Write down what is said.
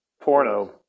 porno